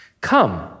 Come